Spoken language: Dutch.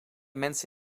mensen